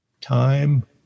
time